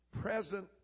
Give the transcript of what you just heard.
present